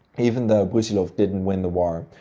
even though brusilov didn't win the war,